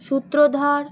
সূত্রধর